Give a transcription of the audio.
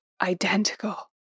identical